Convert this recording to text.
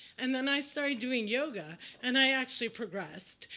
and then i started doing yoga, and i actually progressed.